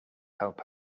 help